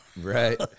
Right